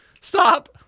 Stop